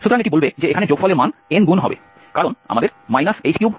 সুতরাং এটি বলবে যে এখানে যোগফলের মান n গুণ হবে